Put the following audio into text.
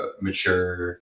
mature